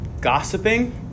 gossiping